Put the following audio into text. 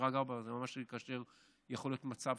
מדרג ארבע זה ממש כאשר יכול להיות מצב